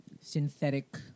synthetic